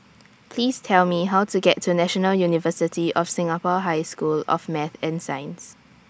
Please Tell Me How to get to National University of Singapore High School of Math and Science